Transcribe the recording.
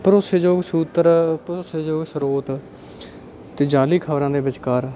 ਭਰੋਸੇਯੋਗ ਸੂਤਰ ਭਰੋਸੇਯੋਗ ਸਰੋਤ ਅਤੇ ਜਾਅਲੀ ਖਬਰਾਂ ਦੇ ਵਿਚਕਾਰ